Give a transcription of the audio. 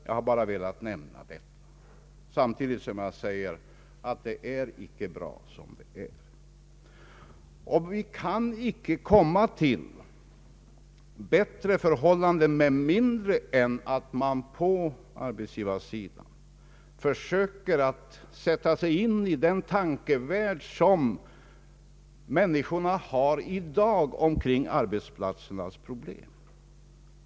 Jag har bara velat nämna detta, samtidigt som jag säger att det icke är bra som det är. Vi kan inte få bättre förhållanden med mindre än att man på arbetsgivarsidan försöker sätta sig in i den tankevärld som människorna har i dag när det gäller arbetsplatsernas problem.